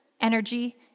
energy